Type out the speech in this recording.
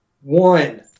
One